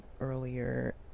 earlier